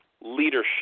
Leadership